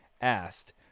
asked